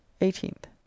eighteenth